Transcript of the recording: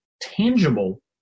tangible